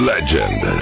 Legend